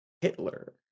Hitler